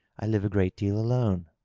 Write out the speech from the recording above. i live a great deal alone.